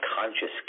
Conscious